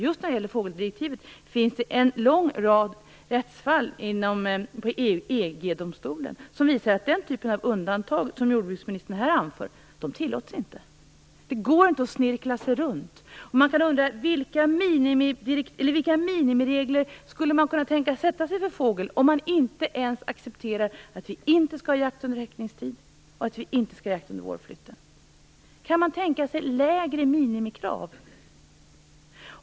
Just när det gäller fågeldirektivet finns det en lång rad rättsfall i EG-domstolen som visar att den typ av undantag som jordbruksministern här anför inte tillåts. Det går inte att snirkla sig runt detta. Vilka minimiregler kan man tänka sig att sätta för fågel om man inte ens accepterar att vi inte skall ha jakt under häckningstiden och vårflytten? Kan man tänka sig lägre minimikrav?